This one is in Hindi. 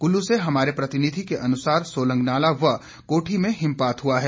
कुल्लू से हमारे प्रतिनिधि के अनुसार सोलंग नाला व कोठी में हिमपात हुआ है